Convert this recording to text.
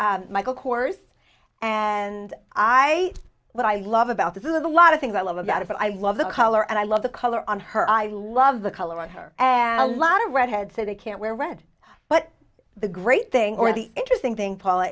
michael kors and i what i love about this is a lot of things i love about it i love the color and i love the color on her i love the color on her and a lot of red head said i can't wear read but the great thing or the interesting thing paul